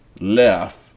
left